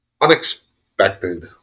unexpected